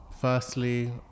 Firstly